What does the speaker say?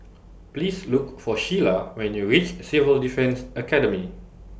Please Look For Sheila when YOU REACH Civil Defence Academy